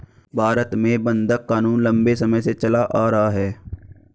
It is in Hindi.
भारत में बंधक क़ानून लम्बे समय से चला आ रहा है